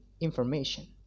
information